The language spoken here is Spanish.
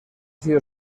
sido